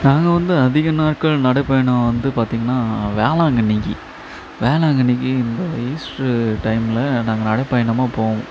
நாங்கள் வந்து அதிக நாட்கள் நடைப்பயணம் வந்து பார்த்தீங்கன்னா வேளாங்கண்ணிக்கு வேளாங்கண்ணிக்கு இந்த ஈஸ்டர் டைமில் நாங்கள் நடைப்பயணமாக போவோம்